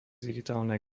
digitálnej